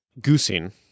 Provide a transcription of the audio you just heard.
goosing